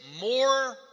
more